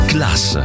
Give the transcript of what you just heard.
Class